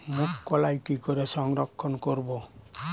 মুঘ কলাই কি করে সংরক্ষণ করব?